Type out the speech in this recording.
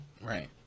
Right